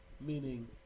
Meaning